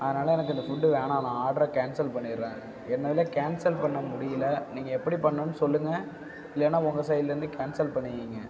அதனால் எனக்கு இந்த ஃபுட்டு வேணாம் நான் ஆட்ரை கேன்சல் பண்ணிவிடுறேன் என்னுதில் கேன்சல் பண்ண முடியல நீங்கள் எப்படி பண்ணணுன்னு சொல்லுங்க இல்லைனா உங்க சைடுலிருந்து கேன்சல் பண்ணிக்கோங்க